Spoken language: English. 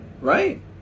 Right